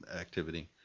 activity